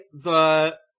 the-